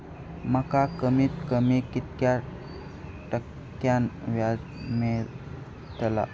माका कमीत कमी कितक्या टक्क्यान व्याज मेलतला?